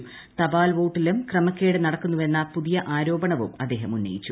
ത്ഷാൽ വോട്ടിലും ക്രമക്കേട് നടക്കുന്നുവെന്ന പുതിയ ആരോപീണവും അദ്ദേഹം ഉന്നയിച്ചു